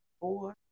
four